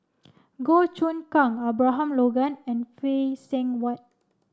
Goh Choon Kang Abraham Logan and Phay Seng Whatt